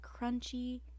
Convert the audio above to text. crunchy